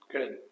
Good